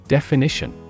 Definition